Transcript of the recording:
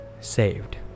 saved